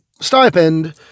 stipend